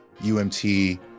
UMT